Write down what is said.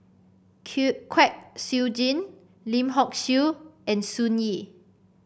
Kwek Siew Jin Lim Hock Siew and Sun Yee